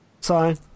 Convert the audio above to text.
sign